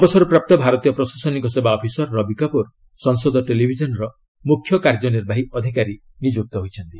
ଅବସରପ୍ରାପ୍ତ ଭାରତୀୟ ପ୍ରଶାସନିକ ସେବା ଅଫିସର ରବି କାପୁର ସଂସଦ ଟେଲିଭିଜନର ମୁଖ୍ୟ କାର୍ଯ୍ୟନିର୍ବାହୀ ଅଧିକାରୀ ନିଯୁକ୍ତ ହୋଇଛନ୍ତି